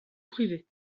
privées